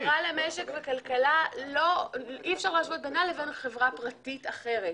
החברה למשק וכלכלה אי אפשר להשוות בינה לבין חברה פרטית אחרת,